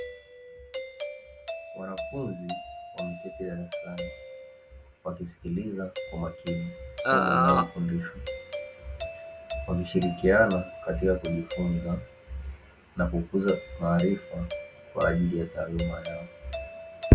Wanafunzi wameketi darasani, wakisiliza kwa makini somo linalofundishwa, wakishirikiana katika kujifunza na kukuza maarifa kwa ajili ya taaluma yao.